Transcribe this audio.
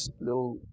little